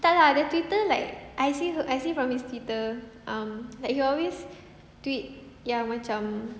entah lah the Twitter like I see I see from his Twitter um like he always tweet yang macam